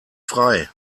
frei